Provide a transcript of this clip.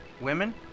women